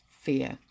fear